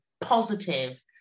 positive